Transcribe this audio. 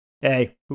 Hey